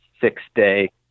six-day